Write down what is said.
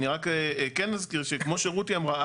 אני רק כן אסביר שכמו שרותי אמרה,